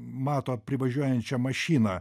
mato privažiuojančią mašiną